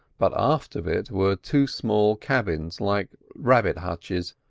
but aft of it were two small cabins like rabbit hutches,